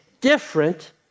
Different